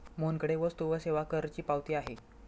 मोहनकडे वस्तू व सेवा करची पावती आहे